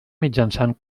mitjançant